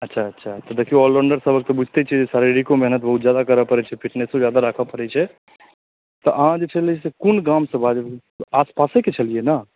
अच्छा अच्छा तऽ देखिऔ ऑलराउण्डर सभके तऽ बुझिते छिए शारिरिको मेहनति बहुत ज्यादा करए पड़ै छै फिटनेसो ज्यादा राखए पड़ै छै तऽ अहाँ जे छलै कोन गामसँ बाजि रहल छिए आसपासके छलिए ने